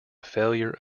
failure